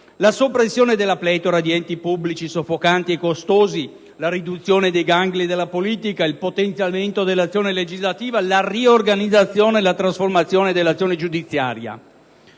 la soppressione della pletora di enti pubblici soffocanti e costosi, la riduzione dei gangli della politica, il potenziamento dell'azione legislativa e la riorganizzazione e la trasformazione dell'azione giudiziaria.